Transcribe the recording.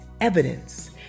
evidence